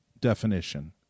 definition